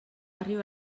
arribar